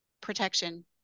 protection